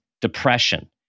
depression